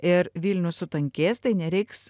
ir vilnius sutankės tai nereiks